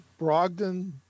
Brogdon